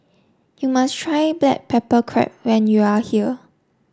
you must try Black Pepper Crab when you are here